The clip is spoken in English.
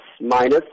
minus